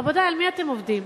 רבותי, על מי אתם עובדים?